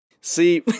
See